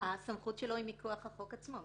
הסמכות שלו היא מכוח החוק עצמו.